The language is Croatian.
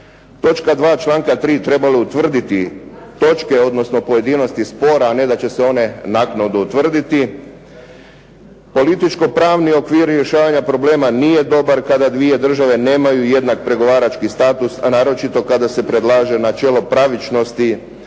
Točka 2. članka 3. trebalo je utvrditi točke odnosno pojedinosti spora a ne da će se one naknadno utvrditi. Političko-pravni okvir rješavanja problema nije dobar kada dvije države nemaju jednak pregovarački status a naročito kada se predlaže načelo pravičnosti